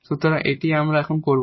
সুতরাং এটাই এখন আমরা করব